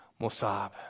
Mossab